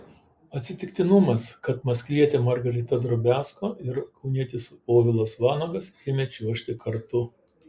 atsitiktinumas kad maskvietė margarita drobiazko ir kaunietis povilas vanagas ėmė čiuožti kartu